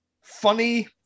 Funny